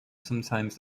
sometimes